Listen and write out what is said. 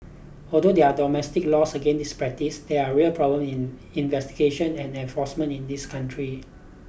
although there are domestic laws against this practice there are real problem in investigation and enforcement in this country